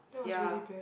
ya